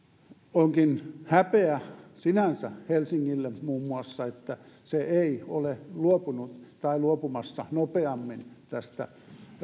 onkin häpeä sinänsä muun muassa helsingille että se ei ole luopunut tai luopumassa nopeammin